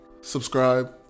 subscribe